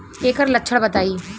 एकर लक्षण बताई?